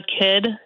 kid